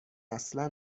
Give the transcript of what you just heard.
اصلا